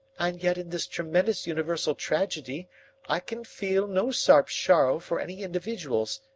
and yet in this tremendous universal tragedy i can feel no sharp sorrow for any individuals,